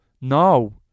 No